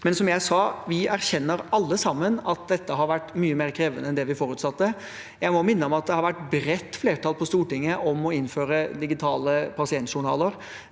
Men som jeg sa: Vi erkjenner alle sammen at dette har vært mye mer krevende enn det vi forutsatte. Jeg må minne om at det har vært et bredt flertall på Stortinget for å innføre digitale pasientjournaler.